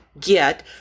get